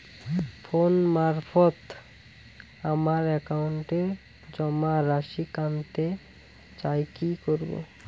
Phone মারফত আমার একাউন্টে জমা রাশি কান্তে চাই কি করবো?